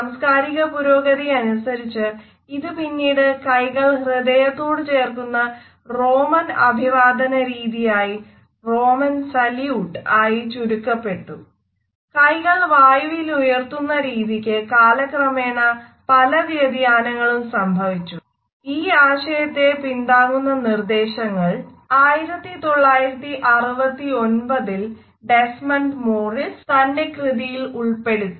സാംസ്കാരിക പുരോഗതിയനുസരിച്ചു ഇത് പിന്നീട് കൈകൾ ഹൃദയത്തോട് ചേർക്കുന്ന റോമൻ അഭിവാദനരീതിയായി തന്റെ കൃതിയിൽ ഉൾപ്പെടുത്തി